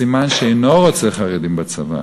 זה סימן שהוא אינו רוצה חרדים בצבא,